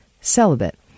celibate